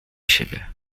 siebie